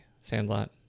sandlot